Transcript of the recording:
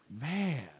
Man